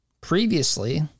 previously